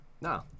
no